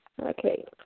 Okay